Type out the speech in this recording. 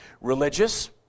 Religious